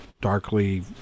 darkly